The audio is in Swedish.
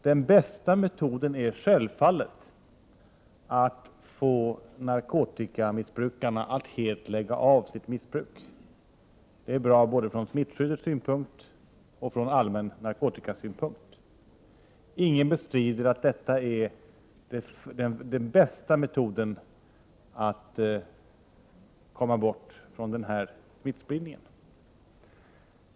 Den bästa metoden är självfallet att få narkotikamissbrukarna att helt lägga av sitt missbruk. Det är bra både från smittskyddssynpunkt och från allmän narkotikapolitisk synpunkt. Ingen bestrider att detta är den bästa metoden att komma bort från denna smittspridning.